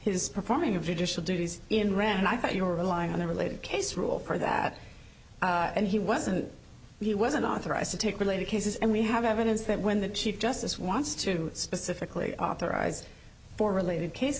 his performing a digital duties in ram and i thought you were relying on a related case rule or that and he wasn't he wasn't authorized to take related cases and we have evidence that when the chief justice wants to specifically authorized for related case